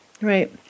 Right